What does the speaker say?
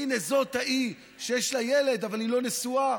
הינה, זאת ההיא שיש לה ילד אבל היא לא נשואה.